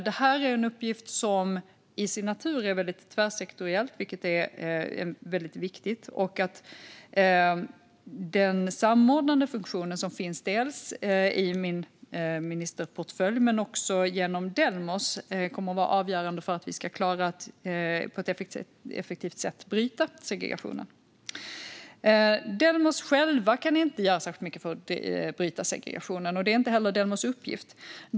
Det här är en uppgift som till sin natur är tvärsektoriell, vilket är väldigt viktigt. Den samordnande funktion som finns dels i min ministerportfölj, dels genom Delmos kommer att vara avgörande för att vi ska klara att på ett effektivt sätt bryta segregationen. Delmos själva kan inte göra särskilt mycket för att bryta segregationen, och det är inte heller Delmos uppgift.